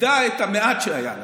איבדה את המעט שהיה לה.